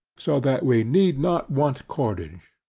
so that we need not want cordage.